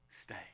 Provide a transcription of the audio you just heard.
stay